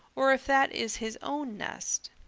or if that is his own nest.